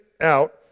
out